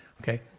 Okay